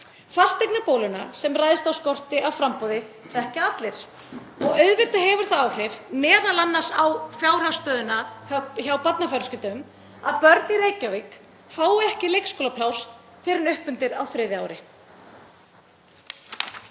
Fasteignabóluna sem ræðst af skorti af framboði þekkja allir. Og auðvitað hefur það áhrif, m.a. á fjárhagsstöðuna hjá barnafjölskyldum, að börn í Reykjavík fái ekki leikskólapláss fyrr en upp undir á þriðja ári.